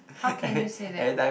how can you say that